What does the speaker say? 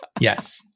Yes